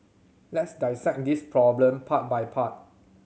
let's dissect this problem part by part